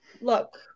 Look